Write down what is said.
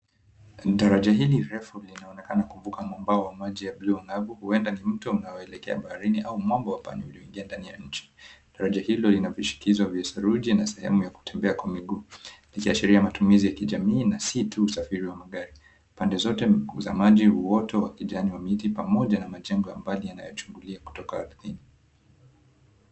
Daraja hili refu linaonekana kuvuka mambo ya maji ya buluu ngavu, huenda ni mto unaoelekea baharini au mambo ya pani iliyoingia ndani ya nchi. Daraja hilo lina vishikizwa vya saruji na sehemu ya kutembea kwa miguu. Likiashiria matumizi ya kijamii na si tu usafiri wa magari. Pande zote za maji, woto wa kijani wa miti pamoja na majengo ya mbali yanayochungulia kutoka ardhini.